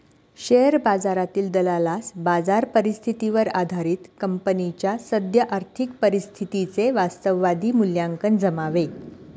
share बाजारातील दलालास बाजार परिस्थितीवर आधारित कंपनीच्या सद्य आर्थिक परिस्थितीचे वास्तववादी मूल्यांकन जमावे